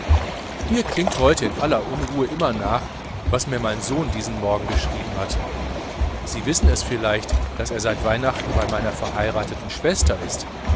mir klingt heute in aller unruhe immer nach was mir mein sohn diesen morgen geschrieben hat sie wissen es vielleicht daß er seit weihnachten bei meiner verheirateten schwester ist